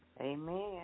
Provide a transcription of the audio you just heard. Amen